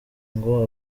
ngo